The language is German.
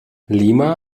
lima